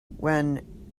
when